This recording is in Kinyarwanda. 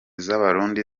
z’abarundi